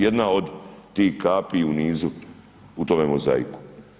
Jedna od tih kapi u nizu u tome mozaiku.